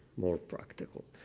more practical.